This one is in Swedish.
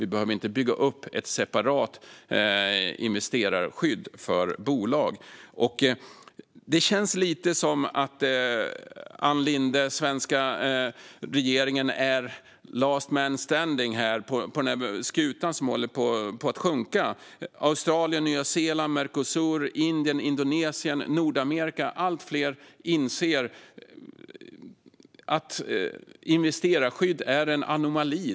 Vi behöver inte bygga upp ett separat investerarskydd för bolag. Det känns lite som att Ann Linde och den svenska regeringen är last man standing på den skuta som håller på att sjunka. Australien, Nya Zeeland, Mercosur, Indien, Indonesien och Nordamerika - allt fler inser att investerarskydd är en anomali.